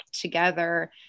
Together